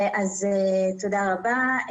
תודה רבה.